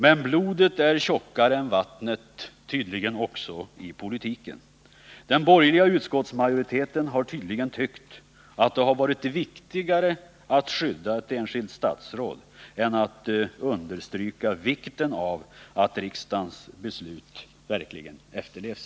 Men blod är tjockare än vatten — det gäller tydligen också i politiken. Den borgerliga utskottsmajoriteten har tydligen tyckt att det har varit viktigare att skydda ett enskilt statsråd än att understryka vikten av att riksdagens beslut verkligen efterlevs.